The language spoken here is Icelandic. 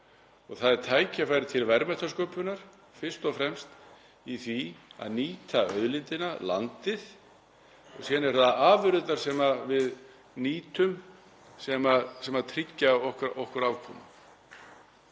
Það eru tækifæri til verðmætasköpunar fyrst og fremst í því að nýta auðlindina, landið. Síðan eru það afurðirnar sem við nýtum sem tryggja okkur afkomu.